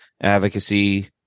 advocacy